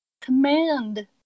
command